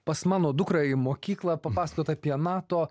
pas mano dukrą į mokyklą papasakot apie nato